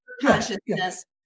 Consciousness